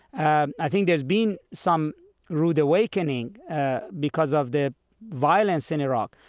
ah i think there's been some rude awakening because of the violence in iraq,